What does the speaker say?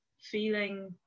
feeling